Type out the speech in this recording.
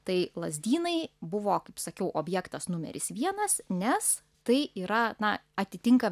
tai lazdynai buvo kaip sakiau objektas numeris vienas nes tai yra na atitinka